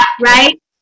right